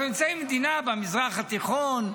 אנחנו נמצאים במדינה במזרח התיכון,